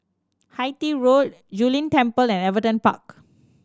Hythe Road Zu Lin Temple and Everton Park